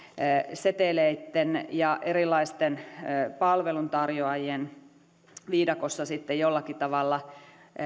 seteleitten ja erilaisten palveluntarjoajien viidakossa sitten jollakin tavalla